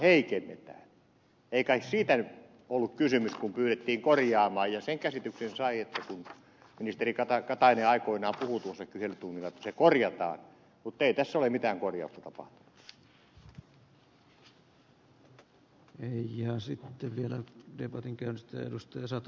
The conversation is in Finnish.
ei kai siitä nyt ollut kysymys kun pyydettiin korjaamaan ja sen käsityksen sai kun ministeri katainen aikoinaan puhui tuossa kyselytunnilla että se korjataan mutta ei tässä ole mitään korjausta tapahtunut